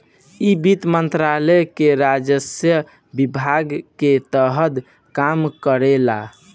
इ वित्त मंत्रालय के राजस्व विभाग के तहत काम करेला